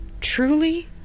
truly